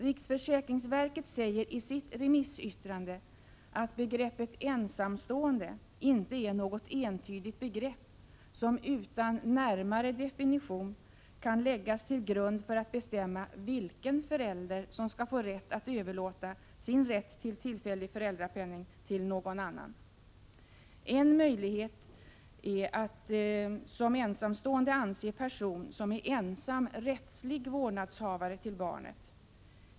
Riksförsäkringsverket säger i sitt remissyttrande att ensamstående inte är något entydigt begrepp som utan närmare definition kan läggas till grund för att bestämma vilken förälder som skall få överlåta sin rätt till tillfällig föräldrapenning till någon annan. En möjlighet är att som ensamstående anse person som är ensam rättslig vårdnadshavare till barnet.